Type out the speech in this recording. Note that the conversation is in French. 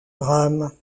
drames